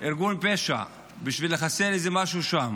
ארגון פשע בשביל לחסל איזה משהו שם,